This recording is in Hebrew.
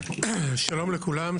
שלום לכולם.